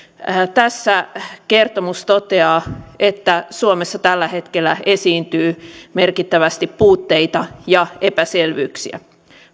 kertomus toteaa että tässä esiintyy suomessa tällä hetkellä merkittävästi puutteita ja epäselvyyksiä